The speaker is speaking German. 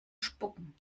spucken